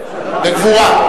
בגבורה.